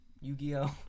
Yu-Gi-Oh